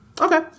Okay